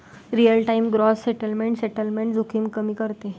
real time gross settlement settlement जोखीम कमी करते